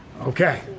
Okay